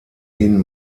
hin